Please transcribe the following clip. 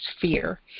fear